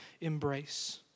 embrace